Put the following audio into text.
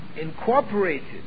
incorporated